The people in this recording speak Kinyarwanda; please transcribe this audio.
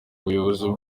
ubuyobozi